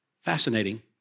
Fascinating